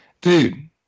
Dude